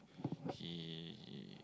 he he